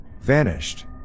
Vanished